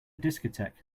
discotheque